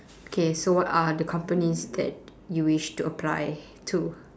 okay so what are the companies that you wish to apply to